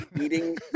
eating